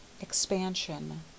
Expansion